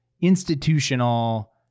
institutional